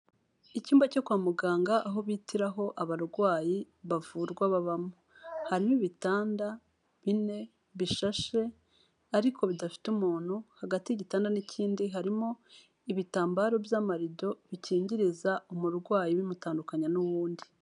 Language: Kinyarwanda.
Icyumba cyo kwa muganga aho bitiraho abarwayi bavurwa babamo, harimo ibitanda binine bishashe ariko bidafite umuntu, hagati y'igitanda n'ikindi harimo ibitambaro by'amarido bikingireza umurwayi bimutandukanya n'uw'undi.